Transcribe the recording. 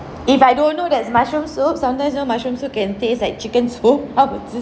if I don't know that's mushroom soup sometimes you know mushroom soup can taste like chicken soup I would just